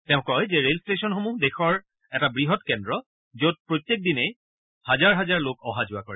তেওঁ কয় যে ৰেল ষ্টেশ্যনসমূহ দেশৰ এটা বৃহৎ কেন্দ্ৰ যত প্ৰত্যেক দিনাই হাজাৰ হাজাৰ লোকে অহা যোৱা কৰে